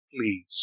please